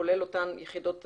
כולל יחידות הסמך,